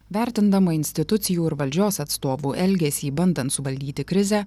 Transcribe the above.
vertindama institucijų ir valdžios atstovų elgesį bandant suvaldyti krizę